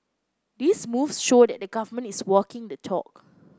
these moves show that the government is walking the talk